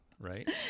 right